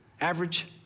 average